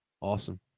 Awesome